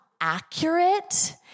accurate